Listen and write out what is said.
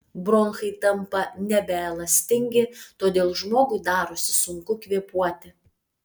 bronchai tampa nebeelastingi todėl žmogui darosi sunku kvėpuoti